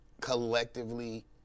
collectively